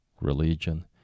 religion